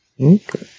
Okay